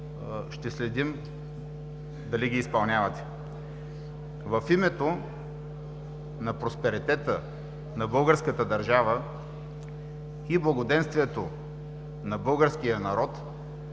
ще следим дали ги изпълнявате. В името на просперитета на българската държава и благоденствието на българския народ